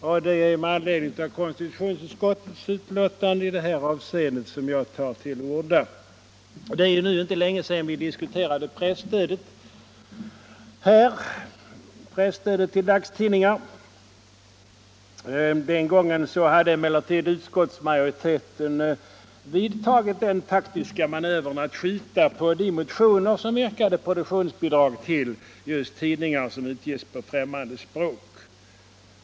Det är med anledning minoritetspolitiken, av konstitutionsutskottets betänkande i det avseendet som jag nu har = m.m. tagit till orda. Det är inte länge sedan vi här diskuterade presstödet till dagstidningar. Den gången hade emellertid utskottsmajoriteten vidtagit den taktiska manövern att skjuta på de motioner som yrkade på produktionsbidrag till tidningar som utges på främmande språk.